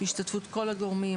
בהשתתפות כל הגורמים,